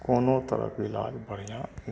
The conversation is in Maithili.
कोनो तरह के ईलाज बढ़िऑं